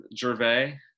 gervais